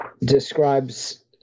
describes